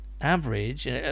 average